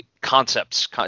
concepts